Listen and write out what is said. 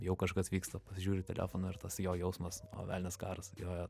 jau kažkas vyksta pasižiūriu į telefoną ir tas jo jausmas o velnias karas jo jo